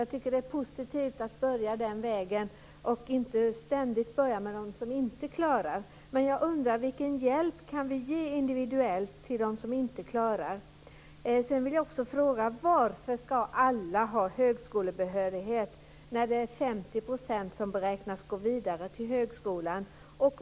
Jag tycker att det är positivt att börja den vägen och inte ständigt börja med dem som inte klarar sig. Jag undrar vilken individuell hjälp vi kan ge till dem som inte klarar sig. Sedan vill jag också fråga varför alla ska ha högskolebehörighet när det är 50 % som beräknas gå vidare till högskolan.